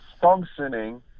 functioning